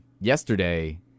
yesterday